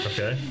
Okay